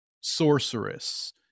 Sorceress